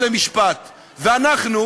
זה,